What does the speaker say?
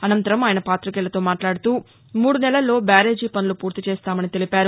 అనంతరం పాతికేయులతో మాట్లాడుతూ మూడు నెలల్లో బ్యారేజీ పనులు ఫూర్తి చేస్తామని తెలిపారు